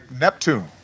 Neptune